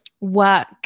work